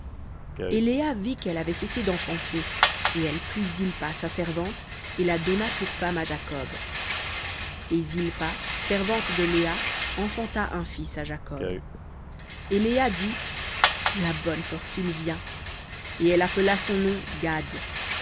et léa vit qu'elle avait cessé d'enfanter et elle prit zilpa sa servante et la donna pour femme à jacob et zilpa servante de léa enfanta un fils à jacob et léa dit la bonne fortune vient et elle appela son nom gad